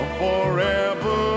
forever